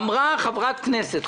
אמרה חברת כנסת,